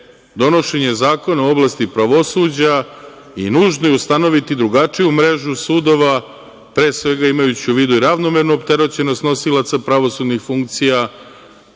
donošenje zakona u oblasti pravosuđa i nužno je ustanoviti drugačiju mrežu sudova, pre svega imajući u vidu i ravnomernu opterećenost nosioca pravosudnih funkcija,